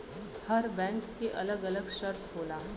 हर bank के अलग अलग शर्त होला